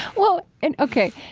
well, and ok,